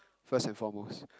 first and foremost